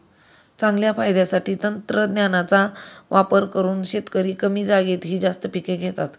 चांगल्या फायद्यासाठी तंत्रज्ञानाचा वापर करून शेतकरी कमी जागेतही जास्त पिके घेतात